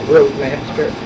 Roadmaster